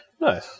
Nice